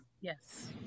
Yes